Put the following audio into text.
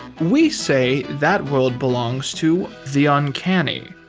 we say that world belongs to the uncanny.